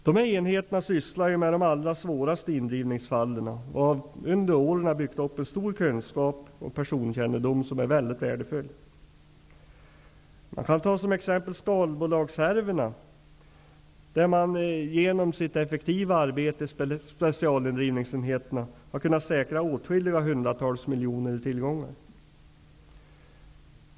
Dessa enheter sysslar ju med de allra svåraste indrivningsfallen och har under åren byggt upp en stor kunskap och en personkännedom som är mycket värdefull. I exempelvis skalbolagshärvorna har specialindrivningsenheterna genom sitt effektiva arbete kunnat säkra åtskilliga hundratals miljoner i tillgångar.